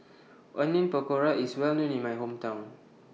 Onion Pakora IS Well known in My Hometown